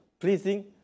pleasing